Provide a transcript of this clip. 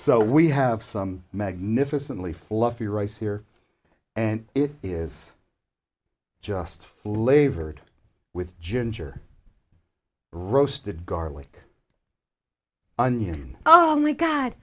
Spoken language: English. so we have some magnificently fluffy rice here and it is just flavored with ginger roasted garlic onion oh my god